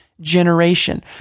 generation